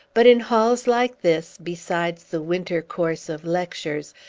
but, in halls like this, besides the winter course of lectures,